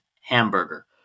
Hamburger